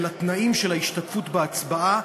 של התנאים של ההשתתפות בהצבעה,